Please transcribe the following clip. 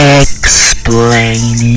explain